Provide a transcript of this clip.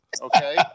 Okay